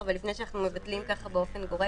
אבל לפני שאנחנו מבטלים ככה באופן גורף,